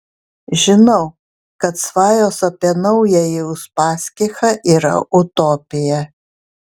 žinau kad svajos apie naująjį uspaskichą yra utopija